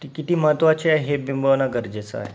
ती किती महत्वाची आहे हे बिंबवणं गरजेचं आहे